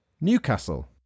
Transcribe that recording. Newcastle